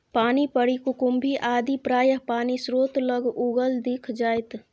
पानिपरी कुकुम्भी आदि प्रायः पानिस्रोत लग उगल दिख जाएत